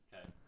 Okay